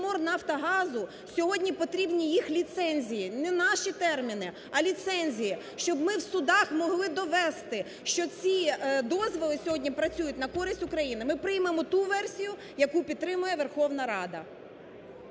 сьогодні потрібні їх ліцензії, не наші терміни, а ліцензії, щоб ми в судах могли довести, що ці дозволи сьогодні працюють на користь України. Ми приймемо ту версію, яку підтримає Верховна Рада.